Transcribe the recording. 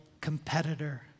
competitor